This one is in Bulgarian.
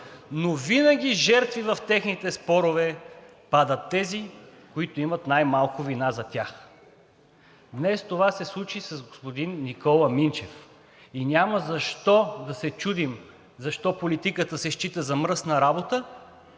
но винаги жертви в техните спорове падат тези, които имат най-малко вина за тях. Днес това се случи с господин Никола Минчев и няма защо да се чудим защо политиката се счита за мръсна работа,